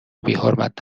بیحرمت